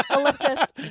ellipsis